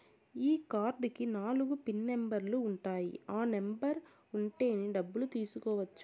ఈ కార్డ్ కి నాలుగు పిన్ నెంబర్లు ఉంటాయి ఆ నెంబర్ ఉంటేనే డబ్బులు తీసుకోవచ్చు